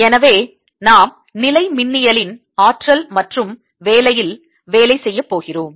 எனவே நாம் நிலைமின்னியலின் ஆற்றல் மற்றும் வேலையில் வேலை செய்யப்போகிறோம்